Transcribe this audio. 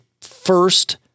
first